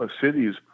cities